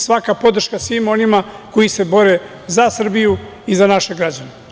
Svaka podrška svima onima koji se bore za Srbiju i za naše građane.